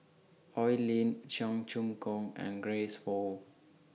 Oi Lin Cheong Choong Kong and Grace Fu